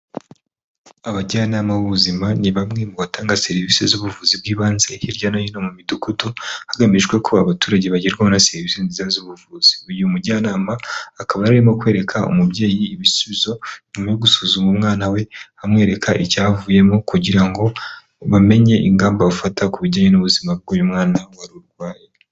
Abajyanama b'ubuzima ni bamwe mu batanga serivisi z'ubuvuzi bw'ibanze hirya no hino mu midugudu, hagamijwe ko abaturage bagerwaho na serivisi nziza z'ubuvuzi. Uyu mujyanama akaba yari arimo kwereka umubyeyi ibisubizo nyuma yo gusuzuma umwana we, amwereka icyavuyemo kugira ngo bamenye ingamba bafata ku bijyanye n'ubuzima bw'uyu mwana wari urwaye.